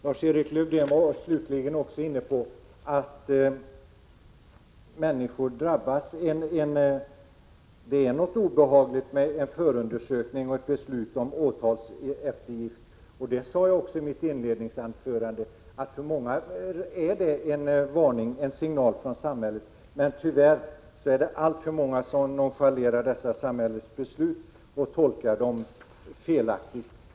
Lars-Erik Lövdén var slutligen också inne på att människor drabbas. Det är obehagligt med en förundersökning och ett beslut om åtalseftergift. Jag sade också i mitt inledningsanförande att det för många människor är en varning och en signal från samhället. Men tyvärr är det alltför många som nonchalerar dessa samhällets beslut och tolkar dem felaktigt.